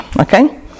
okay